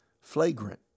flagrant